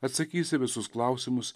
atsakys į visus klausimus